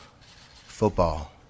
Football